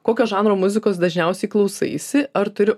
kokio žanro muzikos dažniausiai klausaisi ar turi